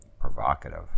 provocative